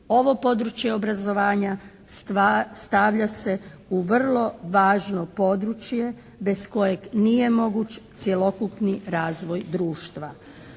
ovo područje obrazovanja stavlja se u vrlo važno područje bez kojeg nije moguće cjelokupni razvoj društva.